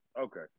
okay